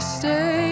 stay